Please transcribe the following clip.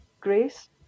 Grace